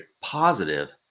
positive